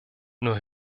nur